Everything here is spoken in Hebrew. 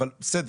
אבל בסדר,